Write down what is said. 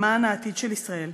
למען העתיד של ישראל,